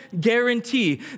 guarantee